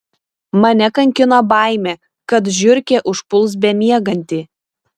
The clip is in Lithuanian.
mane kankino baimė kad žiurkė užpuls bemiegantį